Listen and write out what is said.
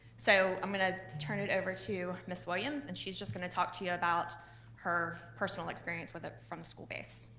so i'm gonna turn it over to ms. williams, and she's just gonna talk to you about her personal experience with it from the school base.